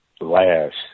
last